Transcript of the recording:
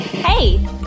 Hey